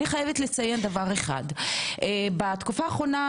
בתקופה האחרונה